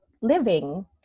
living